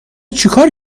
چیکار